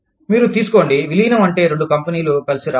మీరు తీసుకోండి విలీనం అంటే రెండు కంపెనీలు కలిసి రావడం